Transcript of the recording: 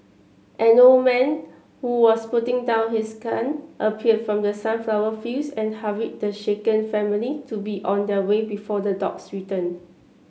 an old man who was putting down his gun appeared from the sunflower fields and hurried the shaken family to be on their way before the dogs return